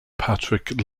patrick